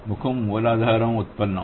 ముఖం మూలాధార ఉత్పన్నం